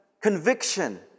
conviction